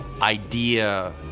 Idea